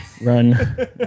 run